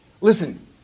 Listen